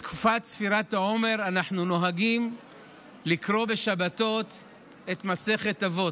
בתקופת ספירת העומר אנחנו נוהגים לקרוא בשבתות את מסכת אבות.